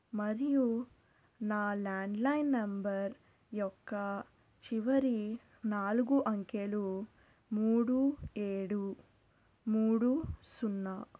మరియు నా landline number యొక్క చివరి నాలుగు అంకెలు మూడు ఏడు మూడు సున్నా